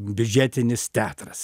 biudžetinis teatras